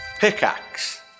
Pickaxe